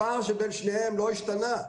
הפער שבין שניהם לא השתנה.